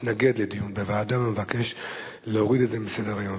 מתנגד לדיון בוועדה ומבקש להוריד את זה מסדר-היום.